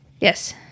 Yes